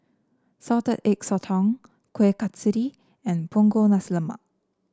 Salted Egg Sotong Kueh Kasturi and Punggol Nasi Lemak